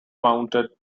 mounted